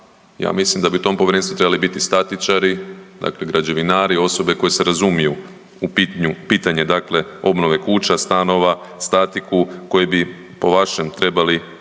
ja mislim da bi u tom povjerenstvu trebali biti statičari, dakle građevinari osobe se razumiju u pitanje dakle obnove kuća, stanova, statiku koje bi po vašem trebali